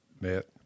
met